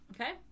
Okay